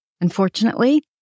Unfortunately